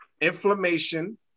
inflammation